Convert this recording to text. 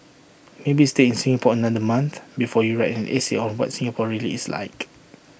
maybe stay in Singapore another month before you write an essay on what Singapore really is like